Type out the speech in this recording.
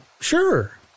Sure